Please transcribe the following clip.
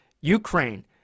Ukraine